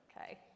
Okay